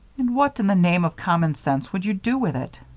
and what in the name of common sense would you do with it?